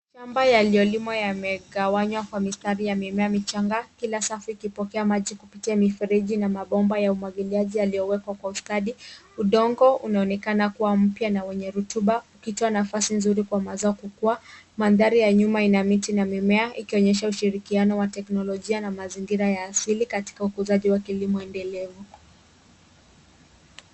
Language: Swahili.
Shamba yaliyolimwa yamegawanywa kwa mistari ya mimea michanga kila safu ikipokea maji kupitia mifereji na mabomba ya umwagiliaji yaliyowekwa kwa ustadi. Udongo unaonekana kuwa mpya na wenye rutuba ikitoa nafasi nzuri kwa mazao kukua. Mandhari ya nyuma ina miti na mimea ikionyesha ushirikiano wa teknolojia na mazingira ya asili katika ukuzaji wa kilimo endelevu.